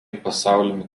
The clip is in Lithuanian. pasaulinį